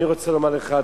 אני רוצה לומר לך,